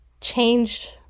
changed